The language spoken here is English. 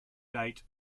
date